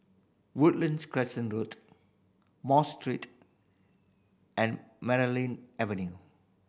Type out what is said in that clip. Woodlands Road More Street and Avenue